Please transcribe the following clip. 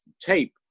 tape